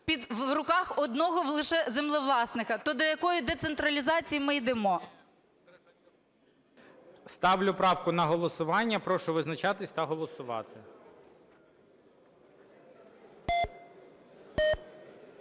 в руках одного лише землевласника? То до якої децентралізації ми йдемо? ГОЛОВУЮЧИЙ. Ставлю правку на голосування. Прошу визначатись та голосувати.